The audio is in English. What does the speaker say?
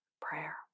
Prayer